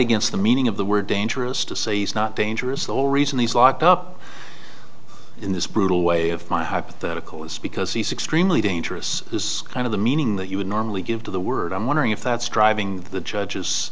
against the meaning of the word dangerous to say he's not dangerous the whole reason he's locked up in this brutal way of my hypothetical is because he's extremely dangerous this kind of the meaning that you would normally give to the word i'm wondering if that's driving the judge's